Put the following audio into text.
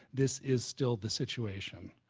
this is still the situation.